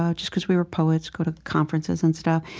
ah just because we were poets, go to the conferences and stuff,